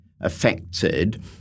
affected